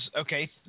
okay